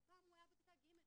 כשפעם הוא היה בכיתה ג'.